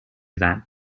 that